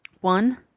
One